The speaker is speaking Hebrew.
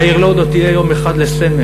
והעיר לוד עוד תהיה יום אחד לסמל,